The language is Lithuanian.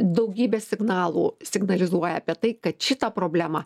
daugybė signalų signalizuoja apie tai kad šitą problemą